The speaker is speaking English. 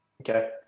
okay